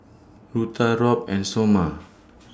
Rutha Robb and Sommer